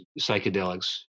psychedelics